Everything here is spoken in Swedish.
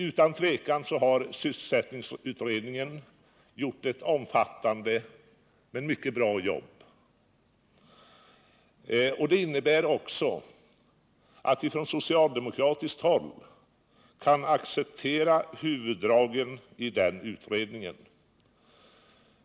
Utan tvivel har sysselsättningsutredningen gjort ett omfattande och mycket bra jobb. Det innebär också att vi från socialdemokratiskt håll kan acceptera huvuddragen i utredningen och utskottsbetänkandet.